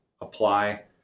apply